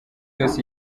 yose